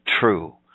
true